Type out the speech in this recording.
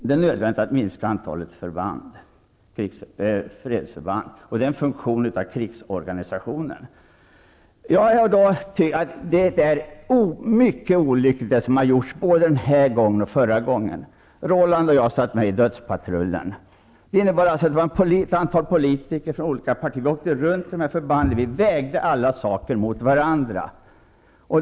Det är nödvändigt att minska antalet fredsförband och att dra ner när det gäller den funktionen av krigsorganisationen. Jag är en av dem som tycker att det som gjorts både den här gången och förra gången är mycket olyckligt. Roland Brännström och jag tillhörde dödspatrullen. Vi var alltså några politiker från olika partier som åkte runt i landet och besökte olika förband. Vi vägde alla saker mot varandra.